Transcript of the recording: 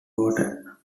water